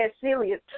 serious